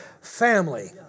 family